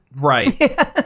right